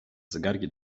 zegarki